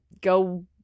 go